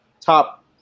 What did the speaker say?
top